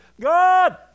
God